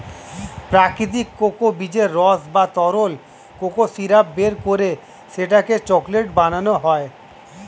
প্রাকৃতিক কোকো বীজের রস বা তরল কোকো সিরাপ বের করে সেটাকে চকলেট বানানো হয়